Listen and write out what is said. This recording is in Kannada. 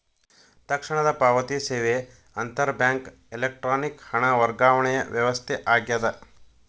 ತಕ್ಷಣದ ಪಾವತಿ ಸೇವೆ ಅಂತರ್ ಬ್ಯಾಂಕ್ ಎಲೆಕ್ಟ್ರಾನಿಕ್ ಹಣ ವರ್ಗಾವಣೆ ವ್ಯವಸ್ಥೆ ಆಗ್ಯದ